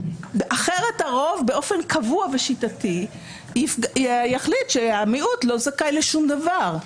אחרת הרוב באופן קבוע ושיטתי יחליט שהמיעוט לא זכאי לשום דבר,